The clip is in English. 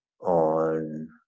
On